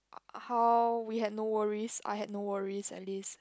how we had no worries I had no worries at least